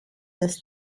das